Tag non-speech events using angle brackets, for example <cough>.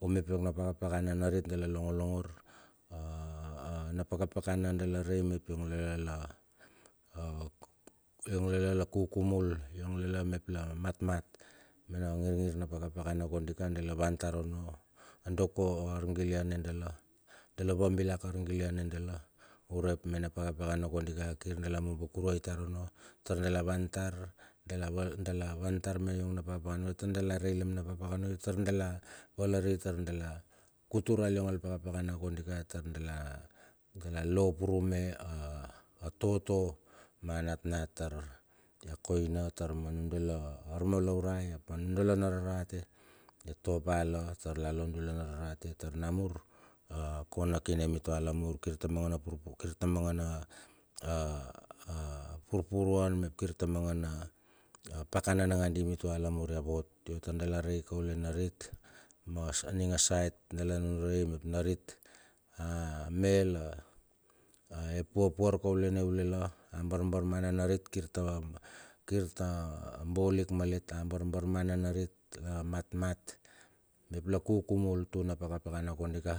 Yo nep na pakapakana narit dala longolongor, a a na pakapakana dala rei mep yong lala <hesitation> yong lala la kukumu, yong lala mep la matmat, mena ngir ngir na pakapakana kondina dala wan tar onno. A doko argiliane dala, dala vambilak argiliane dala, urep mena pakapakana kondika kir dala mombo kuruai tar onno tar dala van tar, dala val, dala van tar me vong na pakapakana, tar dala reilam na pakapakana, tar dala valari tar dala kutur aliong al pakapakana kondi tar dala dala lo purume a toto ma anatmat tar ia koina tar ma nudala armaliurai, ap anudala na rarate itopa la tar la lo nudala na rarate tar namur a kong kinne mitua lamur kir ta manga na pur, kir ta mangana a <hesitation> purpuruan mep kir ta mangana pakana nangandi mitua lamar ya vot. Yo tar dale rei kaule narit ma ninga sait dala nunure mep narit ame la epuapuar kaula ne ulela, abarbar mana narit kiita, kirta bolik malet. A barbar mana narit la matmat mep da kukumul tun na pakapakana konika.